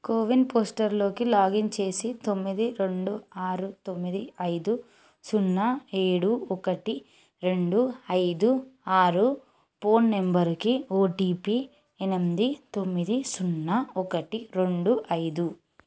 CoWIN పోస్టర్లోకి login చేసి తొమ్మిది రెండు ఆరు తొమ్మిది ఐదు సున్నా ఏడు ఒకటి రెండు ఐదు ఆరు ఫోన్ నంబరుకి ఓటీపీ ఎనిమిది తొమ్మిది సున్నా ఒకటి రెండు ఐదు